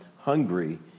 Hungary